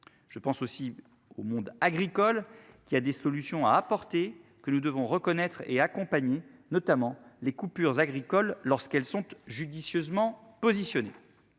Je pense aussi au monde agricole qui a des solutions à apporter que nous devons reconnaître et accompagné notamment les coupures agricoles lorsqu'elles sont judicieusement positionnée.